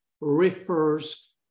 refers